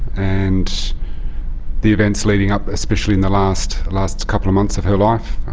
and the events leading up, especially in the last last couple of months of her life,